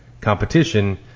competition